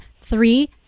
Three